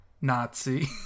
Nazi